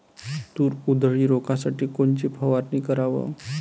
तूर उधळी रोखासाठी कोनची फवारनी कराव?